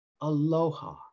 Aloha